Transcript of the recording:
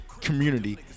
community